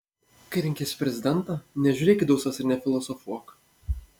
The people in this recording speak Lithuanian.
kai renkiesi prezidentą nežiūrėk į dausas ir nefilosofuok